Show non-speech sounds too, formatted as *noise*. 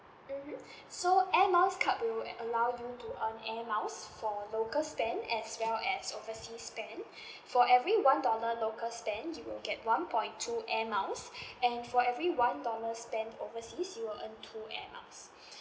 mmhmm *breath* so air miles card will allow you to earn air miles for local spend as well as overseas spend *breath* for every one dollar local spend you will get one point two air miles *breath* and for every one dollar spend overseas you will earn two air miles *breath*